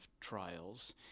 trials